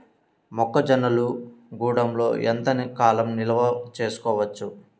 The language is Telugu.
మొక్క జొన్నలు గూడంలో ఎంత కాలం నిల్వ చేసుకోవచ్చు?